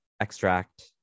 extract